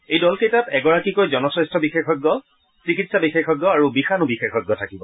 এই দলকেইটাত এগৰাকীকৈ জনস্বাস্থ্য বিশেষজ্ঞ চিকিৎসা বিশেষজ্ঞ আৰু বিষাণু বিশেষজ্ঞ থাকিব